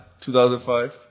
2005